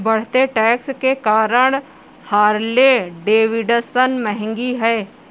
बढ़ते टैक्स के कारण हार्ले डेविडसन महंगी हैं